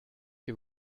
que